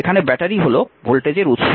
এখানে ব্যাটারি হল ভোল্টেজের উত্স